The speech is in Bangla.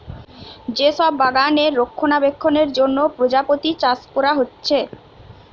যে সব বাগানে রক্ষণাবেক্ষণের জন্যে প্রজাপতি চাষ কোরা হচ্ছে